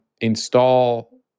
install